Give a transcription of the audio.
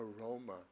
aroma